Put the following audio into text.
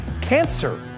cancer